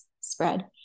spread